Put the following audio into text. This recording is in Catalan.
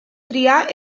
triar